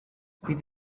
bydd